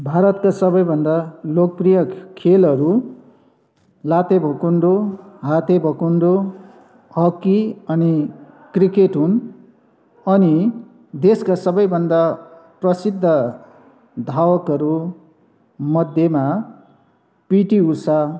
भारतको सबैभन्दा लोकप्रिय खेलहरू लात्ते भकुन्डो हाते भकुन्डो हकी अनि क्रिकेट हुन् अनि देशका सबैभन्दा प्रसिद्ध धावकहरू मध्येमा पिटी उषा